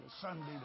Sunday